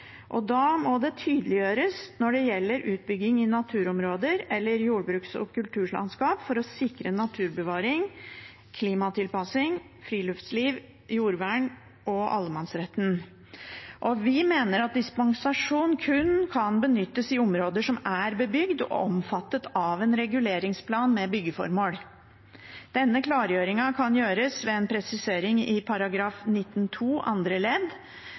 Da må det tydeliggjøres når det gjelder utbygging i naturområder eller jordbruks- og kulturlandskap, for å sikre naturbevaring, klimatilpassing, friluftsliv, jordvern og allemannsretten. Vi mener at dispensasjon kun kan benyttes i områder som er bebygd og omfattet av en reguleringsplan med byggeformål. Denne klargjøringen kan gjøres ved en presisering i § 19-2 andre ledd: